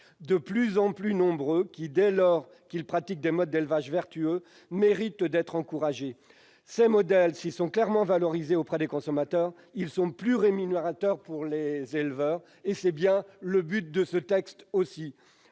de plus en plus nombreux, qui, dès lors qu'ils pratiquent des modes d'élevage vertueux, méritent d'être encouragés. Ces modèles, s'ils sont valorisés auprès des consommateurs, sont plus rémunérateurs pour les éleveurs. Or tel est également l'objet de ce texte.